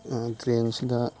ꯇ꯭ꯔꯦꯟꯁꯤꯗ